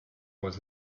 was